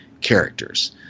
characters